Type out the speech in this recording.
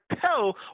tell